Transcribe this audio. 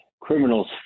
criminals